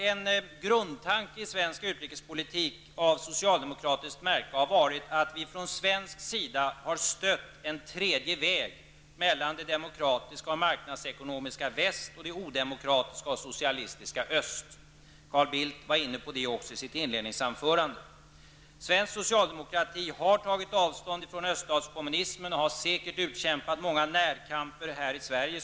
En grundtanke i svensk utrikespolitik av socialdemokratiskt märke har varit att vi från svensk sida har stött en tredje väg mellan det demokratiska och marknadsekonomiska väst och det odemokratiska och socialistiska öst. Även Carl Bildt tog upp det i sitt inledningsanförande. Svensk socialdemokrati har tagit avstånd från öststatskommunismen och har säkert, som Sten Andersson sade, utkämpat många närkamper här i Sverige.